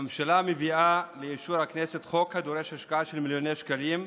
הממשלה מביאה לאישור הכנסת חוק הדורש השקעה של מיליוני שקלים,